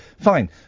fine